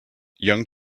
young